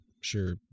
sure